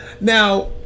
Now